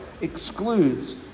excludes